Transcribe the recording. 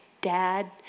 dad